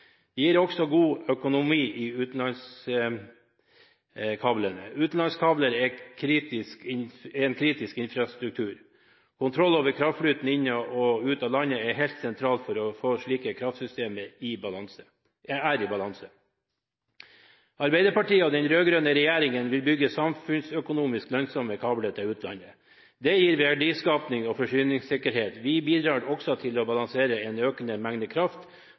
Det gir oss også god økonomi i forbindelse med utenlandskablene. Utenlandskabler er en kritisk infrastruktur. Kontroll over kraftflyten inn og ut av landet er helt sentralt for å sikre at kraftsystemet er i balanse. Arbeiderpartiet og den rød-grønne regjeringen vil bygge samfunnsøkonomisk lønnsomme kabler til utlandet. Det gir verdiskaping og forsyningssikkerhet. Vi bidrar også til å balansere en økende